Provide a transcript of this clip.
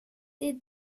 det